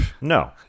No